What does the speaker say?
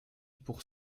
pour